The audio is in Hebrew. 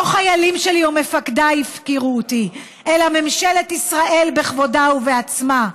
לא חיילים שלי או מפקדיי הפקירו אותי אלא ממשלת ישראל בכבודה ובעצמה.